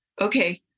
okay